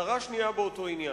הערה שנייה באותו עניין,